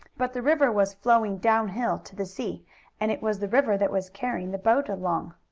but the river was flowing down hill to the sea and it was the river that was carrying the boat along.